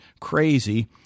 crazy